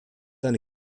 eine